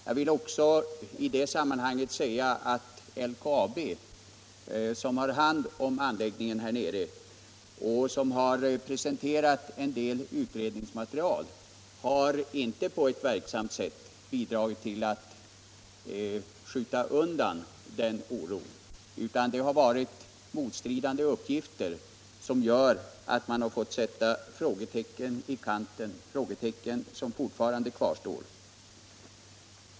Jag vill i det sammanhanget också säga att LKAB, som har hand om anläggningen här nere och som har presenterat en del utredningsmaterial, inte verksamt har bidragit till att undanröja den oron, utan det har förekommit motstridande uppgifter som gjort att man måste sätta frågetecken i kanten, vilka fortfarande kvarstår.